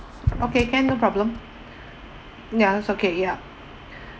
okay can no problem ya it's okay ya